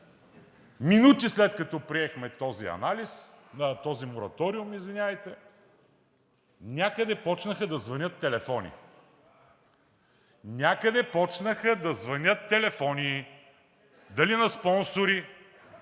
минути след като приехме този мораториум, някъде почнаха да звънят телефони. Някъде почнаха да звънят телефони, дали на спонсори,